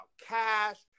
cash